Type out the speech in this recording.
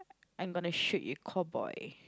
I'm gonna shoot you cold boy